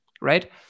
right